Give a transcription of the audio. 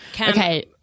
okay